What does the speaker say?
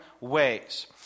ways